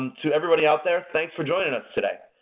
um to everybody out there, thanks for joining us today.